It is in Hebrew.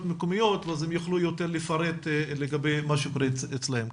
מקומיות ואז הם יוכלו יותר לפרט לגבי מה שקורה אצלם.